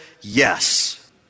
yes